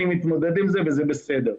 אני מתמודד עם זה וזה בסדר.